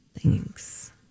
Thanks